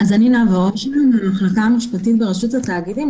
אני מן המחלקה המשפטית ברשות התאגידים.